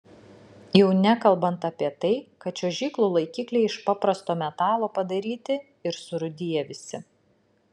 jau nekalbant apie tai kad čiuožyklų laikikliai iš paprasto metalo padaryti ir surūdiję visi